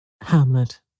Hamlet